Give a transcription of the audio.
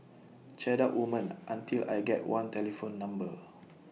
chat up woman until I get one telephone number